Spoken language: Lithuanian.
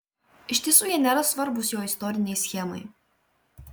iš tiesų jie nėra svarbūs jo istorinei schemai